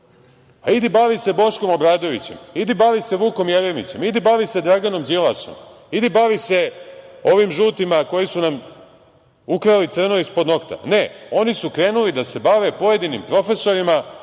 Idi bavi se Boškom Obradovićem, idi bavi se Vukom Jeremićem, idi bavi se Draganom Đilasom, idi bavi se ovim žutima koji su nam ukrali crno ispod nokta. Ne, oni su krenuli da se bave pojedinim profesorima